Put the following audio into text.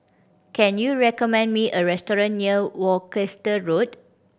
can you recommend me a restaurant near Worcester Road